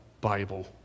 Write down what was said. Bible